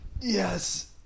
Yes